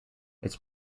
its